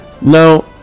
Now